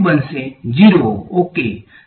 0 બરાબર ને તેથી આ સમગ્ર ટર્મ 0 બરાબર છે